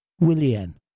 Willian